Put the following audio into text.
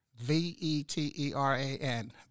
V-E-T-E-R-A-N